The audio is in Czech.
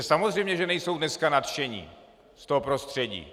Samozřejmě že nejsou dneska nadšení z toho prostředí.